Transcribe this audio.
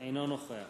אינו נוכח